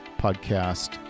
podcast